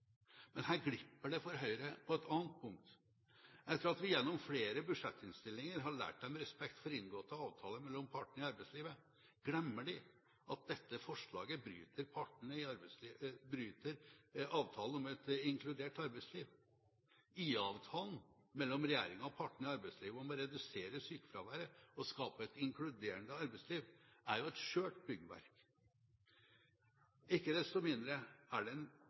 Men her glipper det for Høyre på et annet punkt. Etter at vi gjennom flere budsjettinnstillinger har lært dem respekt for inngåtte avtaler mellom partene i arbeidslivet, glemmer de at dette forslaget bryter avtalen om et inkluderende arbeidsliv. IA-avtalen mellom regjeringen og partene i arbeidslivet om å redusere sykefraværet og skape et inkluderende arbeidsliv er jo et skjørt byggverk. Ikke desto mindre er den